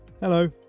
Hello